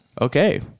Okay